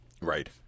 Right